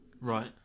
Right